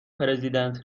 پرزیدنت